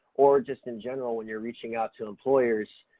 or just in general when you're reaching out to employers.